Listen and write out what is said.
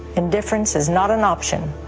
indifference is not an option.